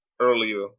earlier